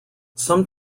some